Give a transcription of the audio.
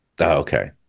okay